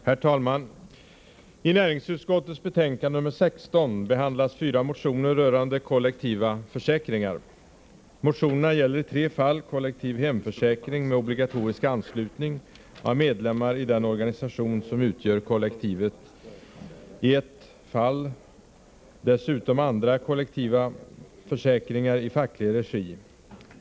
Herr talman! I näringsutskottets betänkande nr 16 behandlas fyra motioner rörande kollektiva försäkringar. Motionerna gäller i tre fall kollektiv hemförsäkring med obligatorisk anslutning av medlemmar i den organisation som utgör kollektivet, i ett fall dessutom andra kollektiva försäkringar i facklig regi.